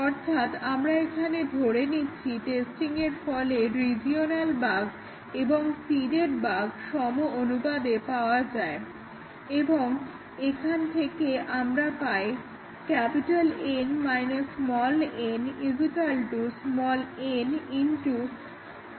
অর্থাৎ আমরা এখানে ধরে নিচ্ছি টেস্টিয়ের ফলে রিজিওনাল বাগ এবং সিডেড বাগ সম অনুপাতে পাওয়া যায় এবং এখান থেকে আমরা পাই N n n s